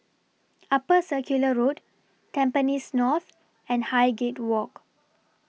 Upper Circular Road Tampines North and Highgate Walk